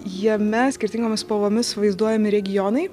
jame skirtingomis spalvomis vaizduojami regionai